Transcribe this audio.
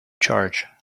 charge